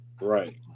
Right